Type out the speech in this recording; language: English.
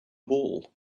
ball